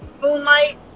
moonlight